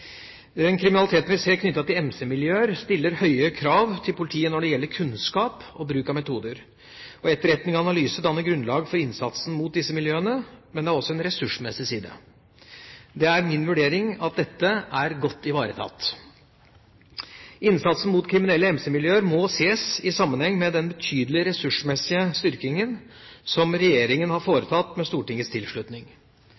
Kriminaliteten vi ser knyttet til MC-miljøer, stiller høye krav til politiet når det gjelder kunnskap og bruk av metoder. Etterretning og analyse danner grunnlag for innsatsen mot disse miljøene, men det har også en ressursmessig side. Det er min vurdering at dette er godt ivaretatt. Innsatsen mot kriminelle MC-miljøer må ses i sammenheng med den betydelige ressursmessige styrkingen som regjeringa har